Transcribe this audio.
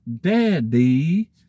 Daddy